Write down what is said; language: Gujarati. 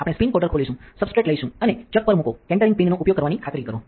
આપણે સ્પિન કોટર ખોલીશું સબસ્ટ્રેટ લઈશું અને ચક પર મૂકો કેન્ટરિંગ પિનનો ઉપયોગ કરવાની ખાતરી કરો